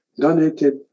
donated